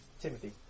Timothy